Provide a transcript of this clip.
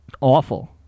awful